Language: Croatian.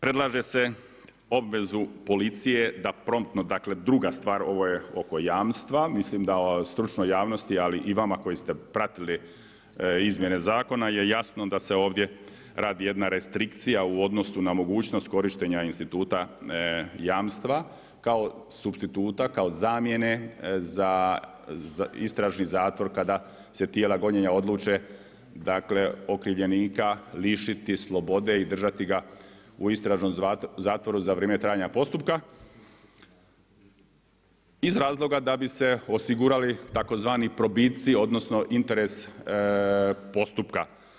Predlaže se obvezu policije da promptno, dakle druga stvar, ovo je oko jamstva, mislim da stručnoj javnosti ali i vama koji ste pratili izmjene zakona je jasno da se ovdje radi jedna restrikcija u odnosu na mogućnost korištenja instituta jamstva, kao supstituta kao zamjene za istražni zatvor, kada se tijela gonjenja odluče, dakle okrivljenika lišiti slobode i držati ga u istražnom zatvoru za vrijeme trajanja postupka iz razloga da bi se osigurali tzv. probici, odnosno interes postupka.